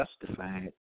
justified